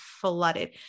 flooded